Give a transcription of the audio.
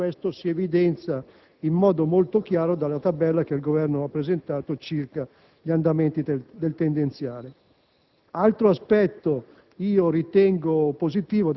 Questo dato risulta in modo chiaro dalla tabella che il Governo ha presentato circa gli andamenti tendenziali.